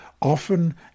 often